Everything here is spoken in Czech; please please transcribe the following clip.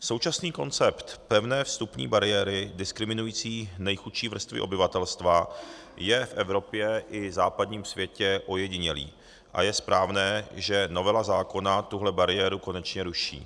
Současný koncept pevné vstupní bariéry diskriminující nejchudší vrstvy obyvatelstva je v Evropě i západním světě ojedinělý a je správné, že novela zákona tuto bariéru konečně ruší.